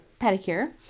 pedicure